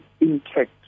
intact